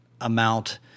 amount